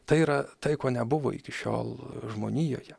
tai yra tai ko nebuvo iki šiol žmonijoje